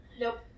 Nope